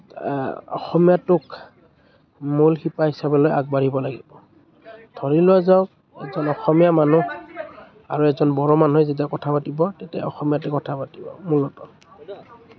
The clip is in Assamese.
অসমীয়াটোক মূল শিপা হিচাপে লৈ আগবাঢ়িব লাগিব ধৰি লোৱা যাওক এজন অসমীয়া মানুহ আৰু এজন বড়ো মানুহে যেতিয়া কথা পাতিব তেতিয়া অসমীয়াতে কথা পাতিব মূলতঃ